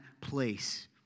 place